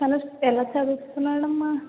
తను ఎలా చదువుతున్నాడమ్మా